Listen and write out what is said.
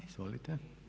Izvolite.